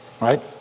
Right